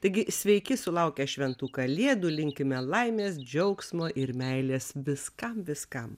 taigi sveiki sulaukę šventų kalėdų linkime laimės džiaugsmo ir meilės viskam viskam